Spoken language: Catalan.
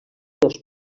dos